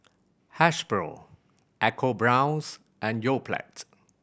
Hasbro ecoBrown's and Yoplait